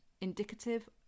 indicative